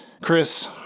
Chris